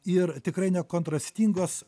ir tikrai nekontrastingos